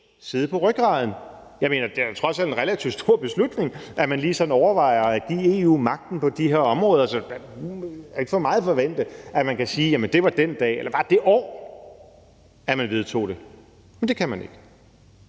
sidde på rygraden. Jeg mener, det er jo en relativt stor beslutning, at man lige sådan overvejer at give EU magten på de her områder, så det er vel ikke for meget at forvente, at man kan sige, det var den dag eller bare det år, at man vedtog det. Det kan man ikke.